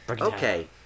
Okay